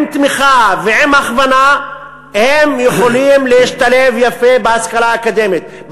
עם תמיכה ועם הכוונה הם יכולים להשתלב יפה בהשכלה האקדמית,